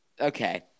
Okay